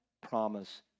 promise